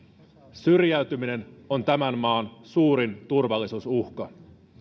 syrjäytyminen on tämän maan suurin turvallisuusuhka